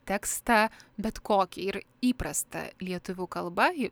tekstą bet kokį ir įprasta lietuvių kalba ji